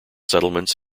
settlements